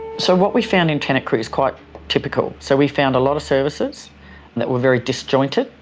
so what we found in tennant creek is quite typical. so we found a lot of services that were very disjointed,